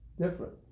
different